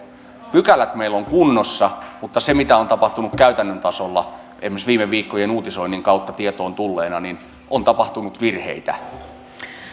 pykälät meillä ovat kunnossa mutta se mitä on on tapahtunut käytännön tasolla esimerkiksi viime viikkojen uutisoinnin kautta tietoon tulleena on se että on tapahtunut virheitä